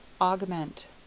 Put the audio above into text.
Augment